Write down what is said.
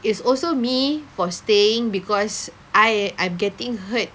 it's also me for staying because I I'm getting hurt